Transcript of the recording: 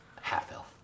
half-elf